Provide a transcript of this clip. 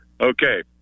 Okay